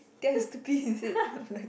think I stupid is it then I'm like